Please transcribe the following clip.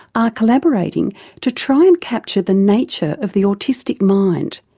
are collaborating to try and capture the nature of the autistic mind,